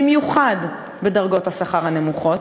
במיוחד בדרגות השכר הנמוכות,